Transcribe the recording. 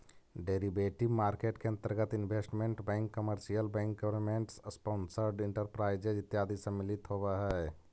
derivative market के अंतर्गत investment bank commercial bank government sponsored enterprises इत्यादि सम्मिलित होवऽ हइ